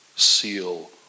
seal